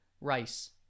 Rice